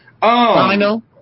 Final